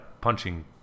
punching